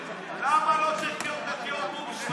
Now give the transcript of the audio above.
למה לא צריכות להיות נטיעות ט"ו בשבט,